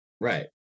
Right